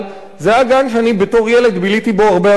זה היה גן שאני בתור ילד ביליתי בו הרבה הרבה זמן.